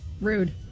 Rude